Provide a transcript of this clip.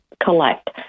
collect